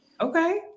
Okay